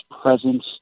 presence